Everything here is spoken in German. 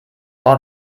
ohr